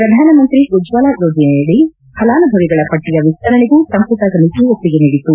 ಪ್ರಧಾನಮಂತ್ರಿ ಉಜ್ವಲಾ ಯೋಜನೆಯಡಿ ಫಲಾನುಭವಿಗಳ ಪಟ್ಲಿಯ ವಿಸ್ತರಣೆಗೂ ಸಂಪುಟ ಸಮಿತಿ ಒಪ್ಪಿಗೆ ನೀಡಿತು